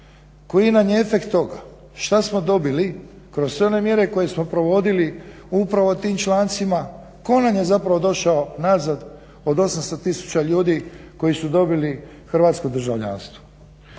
koji nam je efekt toga, šta smo dobili kroz sve one mjere koje smo provodili upravo tim člancima. Tko nam je zapravo došao nazad od 800 tisuća ljudi koji su dobili hrvatsko državljanstvo.